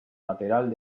lateral